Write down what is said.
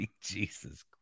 jesus